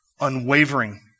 unwavering